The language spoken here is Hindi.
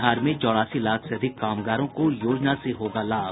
बिहार में चौरासी लाख से अधिक कामगारों को योजना से होगा लाभ